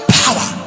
power